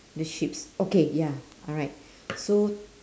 the sheeps okay ya alright so